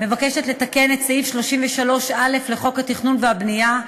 מבקשת לתקן את סעיף 33א לחוק התכנון והבנייה,